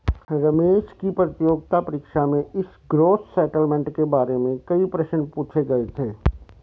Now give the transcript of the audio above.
रमेश की प्रतियोगिता परीक्षा में इस ग्रॉस सेटलमेंट के बारे में कई प्रश्न पूछे गए थे